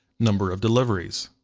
number of deliveries.